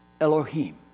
Elohim